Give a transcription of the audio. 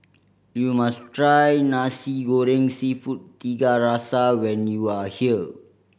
you must try Nasi Goreng Seafood Tiga Rasa when you are here